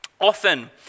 Often